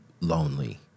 lonely